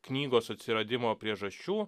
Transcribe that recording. knygos atsiradimo priežasčių